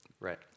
Right